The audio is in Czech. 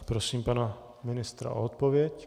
Prosím pana ministra o odpověď.